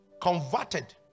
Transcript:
Converted